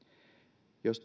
jos